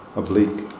oblique